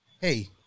hey